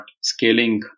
scaling